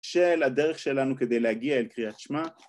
‫של הדרך שלנו כדי להגיע ‫אל קריאת שמע.